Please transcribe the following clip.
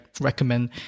recommend